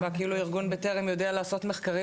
נשמע כאילו ארגון בטרם יודע לעשות מחקרים